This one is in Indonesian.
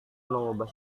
mengubah